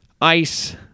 ICE